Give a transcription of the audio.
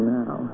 now